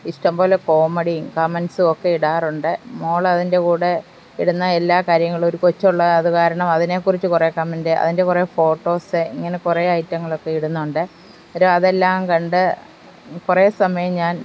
ഇഷ്ടംപോലെ കോമഡി കമന്റ്സും ഒക്കെ ഇടാറുണ്ട് മോള് അതിന്റെ കൂടെ ഇടുന്ന എല്ലാ കാര്യങ്ങളും ഒരു കൊച്ചുള്ള അതിനെ കാരണം അതിനെക്കുറിച്ചു കുറെ കമന്റ് അതിന്റെ കുറെ ഫോട്ടോസ് ഇങ്ങനെ കുറെ ഐറ്റങ്ങൾ ഒക്കെ ഇടുന്നുണ്ട് അതെല്ലാം കണ്ട് കുറേ സമയം ഞാൻ